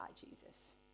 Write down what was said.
Jesus